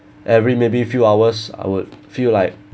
every maybe few hours I would feel like